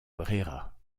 brera